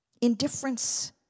indifference